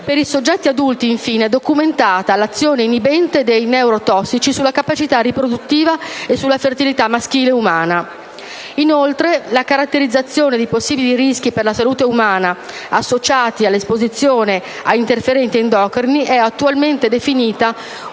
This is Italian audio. Per i soggetti adulti, infine, è documentata l'azione inibente dei neurotossici sulla capacità riproduttiva e sulla fertilità maschile umane. Inoltre, la caratterizzazione dei possibili rischi per la salute umana associati all'esposizione a interferenti endocrini è attualmente definita una